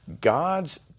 God's